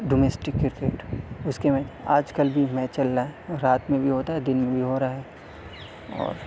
domestic cricket اس کے میں آج کل بھی میچ چل رہا ہے رات میں بھی ہوتا ہے دن میں بھی ہو رہا ہے اور